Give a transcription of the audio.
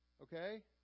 Okay